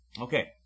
Okay